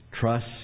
Trust